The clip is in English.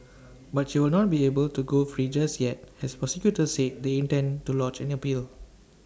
but she will not be able to go free just yet as prosecutors said they intend to lodge an appeal